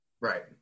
Right